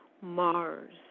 Mars